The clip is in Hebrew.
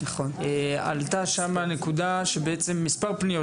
עלתה שם נקודה - אחרי מספר פניות